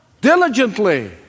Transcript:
diligently